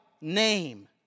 name